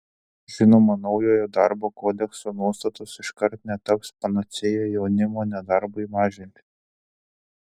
žinoma naujojo darbo kodekso nuostatos iškart netaps panacėja jaunimo nedarbui mažinti